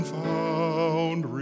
found